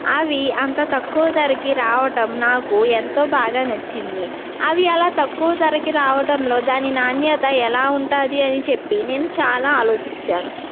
అవి అంత తక్కువ ధరికి రావటం నాకు ఎంతో బాగా నచ్చింది అవి అలా తక్కువ ధరకు రావడంలో దాని నాణ్యత ఎలా ఉంటుంది అని చెప్పి నేను చాలా ఆలోచించాను